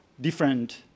different